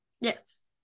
Yes